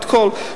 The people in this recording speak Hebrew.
את הכול.